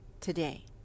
today